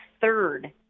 third